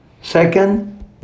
Second